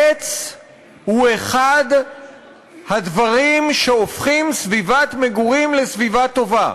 עץ הוא אחד הדברים שהופכים סביבת מגורים לסביבה טובה.